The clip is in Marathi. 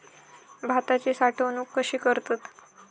भाताची साठवूनक कशी करतत?